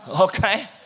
Okay